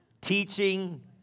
teaching